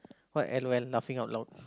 what L_O_L laughing out loud